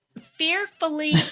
Fearfully